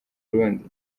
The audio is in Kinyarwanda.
urundi